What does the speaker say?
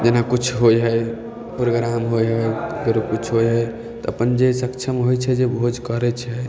जेना किछु होइ है प्रोग्राम होइ है फेर किछु है तऽ अपन जे सक्षम होइ छै जे भोज करै छै